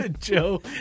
Joe